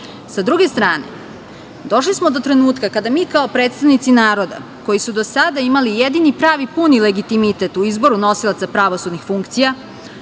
druge strane, došli smo do trenutka kada mi kao predstavnici naroda koji su do sada imali jedini pravi puni legitimitet u izboru nosilaca pravosudnih funkcija,